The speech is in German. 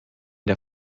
der